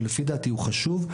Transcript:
שלפי דעתי הוא חשוב,